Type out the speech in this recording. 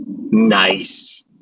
Nice